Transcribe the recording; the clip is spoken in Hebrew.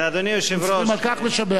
צריכים על כך לשבח אותה.